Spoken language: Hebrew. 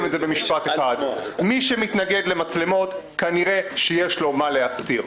מי שמתנגד למצלמות כנראה שיש לו מה להסתיר.